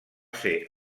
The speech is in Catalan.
ser